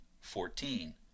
Fourteen